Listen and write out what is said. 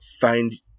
find